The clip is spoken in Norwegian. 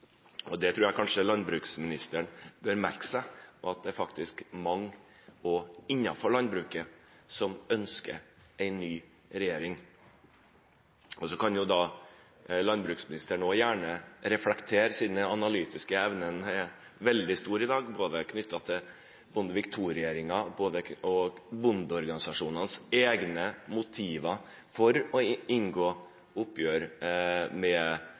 regjering. Det tror jeg kanskje landbruksministeren bør merke seg, og også at det faktisk er mange innenfor landbruket som ønsker en ny regjering. Så kan jo landbruksministeren gjerne reflektere – siden den analytiske evnen er veldig stor i dag – rundt både Bondevik II-regjeringen og bondeorganisasjonenes egne motiver for å inngå oppgjør med